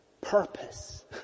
purpose